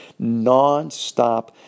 nonstop